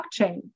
blockchain